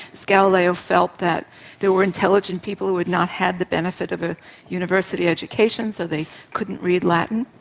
galileo felt that there were intelligent people who had not had the benefit of a university education, so they couldn't read latin.